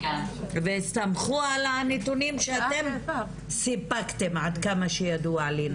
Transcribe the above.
והסתמכו על הנתונים שאתם סיפקתם עד דמה שידוע לי.